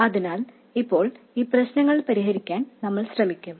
അതിനാൽ ഇപ്പോൾ ഈ പ്രശ്നങ്ങൾ പരിഹരിക്കാൻ നമ്മൾ ശ്രമിക്കും